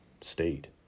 state